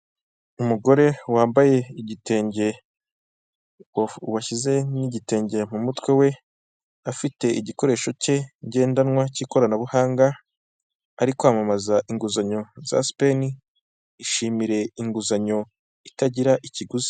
Umugore wambaye igitenge washyize n'igitenge mu mutwe we, afite igikoresho cye ngendanwa k'ikoranabuhanga ari kwamamaza inguzanyo za sipeni ishimire inguzanyo itagira ikiguzi.